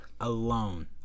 alone